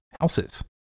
houses